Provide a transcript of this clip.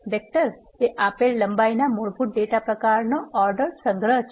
vector એ આપેલ લંબાઈના મૂળભૂત ડેટા પ્રકારોનો ઓર્ડર સંગ્રહ છે